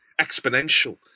exponential